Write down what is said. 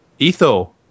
Etho